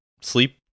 sleep